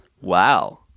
Wow